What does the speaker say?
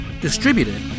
distributed